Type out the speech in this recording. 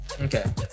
okay